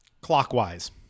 Clockwise